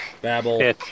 Babble